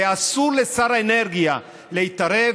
ושאסור לשר האנרגיה להתערב,